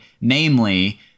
namely